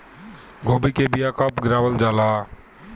गोभी के बीया कब गिरावल जाला?